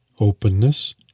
Openness